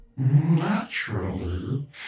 Naturally